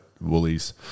Woolies